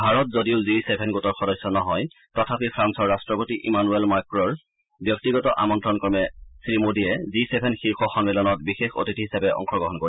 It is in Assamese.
ভাৰত যদিও জি চেভেন গোটৰ সদস্য নহয় তথাপিও ফ্ৰাল্সৰ ৰাট্টপতি ইমানুৱেল মাক্ৰৰ ব্যক্তিগত আমন্ত্ৰণক্ৰমে শ্ৰীমোডীয়ে জি চেভেন শীৰ্ষ সন্মিলনত বিশেষ অতিথি হিচাপে অংশগ্ৰহণ কৰিব